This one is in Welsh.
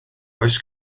oes